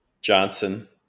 Johnson